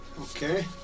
Okay